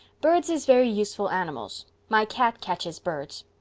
birds is very useful animals. my cat catches birds.